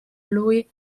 lui